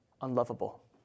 unlovable